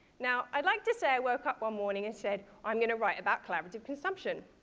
now i'd like to say i woke up one morning and said, i'm going to write about collaborative consumption,